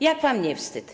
Jak wam nie wstyd?